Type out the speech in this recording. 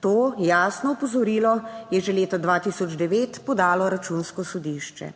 To jasno opozorilo je že leta 2009 podalo Računsko sodišče.